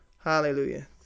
Hallelujah